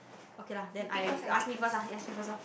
okay lah then I you ask first lah you ask me first lor